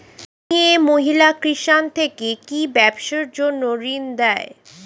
মিয়ে মহিলা কিষান থেকে কি ব্যবসার জন্য ঋন দেয়?